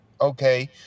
okay